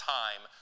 time